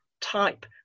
type